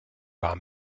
war